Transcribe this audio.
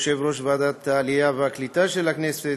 יושב-ראש ועדת העלייה והקליטה של הכנסת,